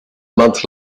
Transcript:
month